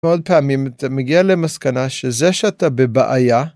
עוד פעמים אתה מגיע למסקנה שזה שאתה בבעיה.